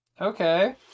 Okay